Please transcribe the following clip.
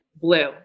blue